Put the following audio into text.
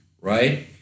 right